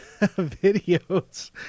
videos